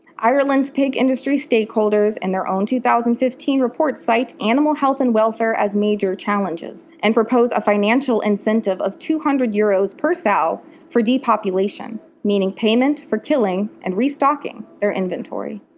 ireland's pig industry stakeholders in their own two thousand and fifteen report cite animal health and welfare as major challenges, and propose a financial incentive of two hundred euros per sow for depopulation meaning payment for killing and restocking their inventory.